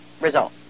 result